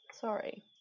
Sorry